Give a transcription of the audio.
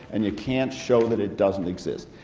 and you can't show that it doesn't exist.